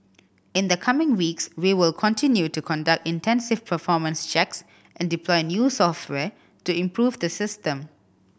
in the coming weeks we will continue to conduct intensive performance checks and deploy new software to improve the system